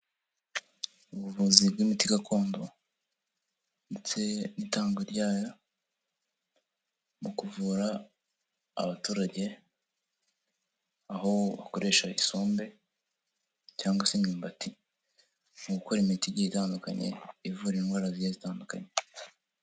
Ubuvuzi bw'imiti gakondo ndetse n'itangwa ryayo mu kuvura abaturage aho bakoresha isombe cyangwa se imyumbati mu gukora imiti igiye itandukanye, ivura indwara zigiye zitandukanye.